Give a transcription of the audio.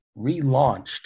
relaunched